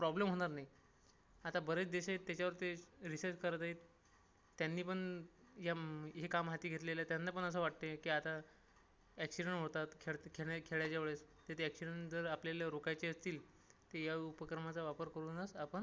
problem होणार नाही आता बरेच देश आहेत त्याच्यावर ते रिसर्च करत आहेत त्यांनी पण यम् हे काम हाती घेतलेलं आहे त्यांना पण असं वाटते की आता ॲक्सिडण होतात खेळ खेळणे खेळायच्या वेळेस तर ते ॲक्सिडण जर आपल्याला रोखायचे असतील तर या उपक्रमाचा वापर करूनच आपण